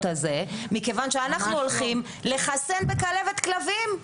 הזה מכיוון שאנחנו הולכים לחסן בכלבת כלבים.